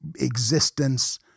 existence